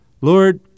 Lord